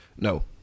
no